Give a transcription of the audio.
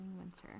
winter